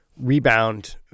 rebound